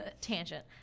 tangent